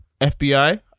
fbi